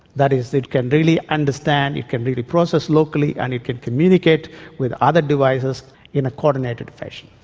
that is, it can really understand, it can really process locally and it can communicate with other devices in a coordinated fashion.